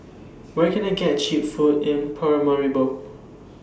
Where Can I get Cheap Food in Paramaribo